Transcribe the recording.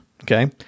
okay